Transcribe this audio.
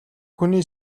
хүний